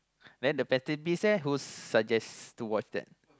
then the fantastic beasts leh who suggest to watch that